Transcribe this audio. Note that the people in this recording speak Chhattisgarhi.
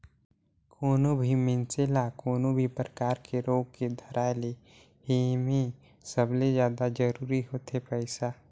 कोनो भी मइनसे ल कोनो भी परकार के रोग के धराए ले हे में सबले जादा जरूरी होथे पइसा